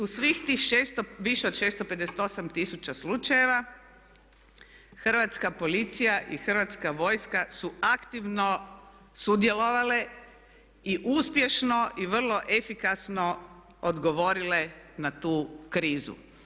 U svih tih više od 658 tisuća slučajeva hrvatska policija i hrvatska vojska su aktivno sudjelovale i uspješno i vrlo efikasno odgovorile na tu krizu.